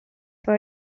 from